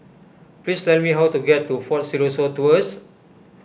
please tell me how to get to fort Siloso Tours